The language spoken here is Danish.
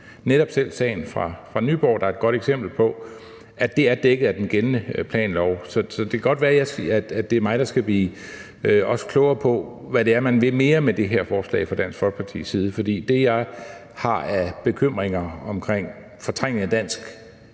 netop selv sagen fra Nyborg, der er et godt eksempel på, at det er dækket af den gældende planlov. Så det kan godt være, at det er mig, der også skal blive klogere på, hvad det er, man vil mere med det her forslag fra Dansk Folkepartis side. For det, jeg har af bekymringer omkring fortrængning